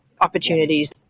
opportunities